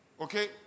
Okay